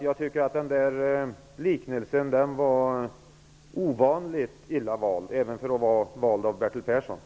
Jag tycker att denna liknelse var ovanligt illa vald, även för att vara vald av Bertil Persson.